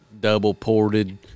double-ported